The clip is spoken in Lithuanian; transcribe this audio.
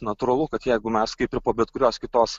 natūralu kad jeigu mes kaip ir po bet kurios kitos